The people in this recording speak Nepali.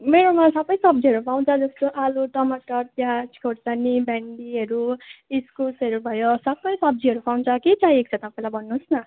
मेरोमा सबै सब्जीहरू पाउँछ जस्तो आलु टमाटर प्याज खोर्सानी भेन्डीहरू इस्कुसहरू भयो सबै सब्जीहरू पाउँछ के चाहिएको छ तपाईँलाई भन्नुहोस् न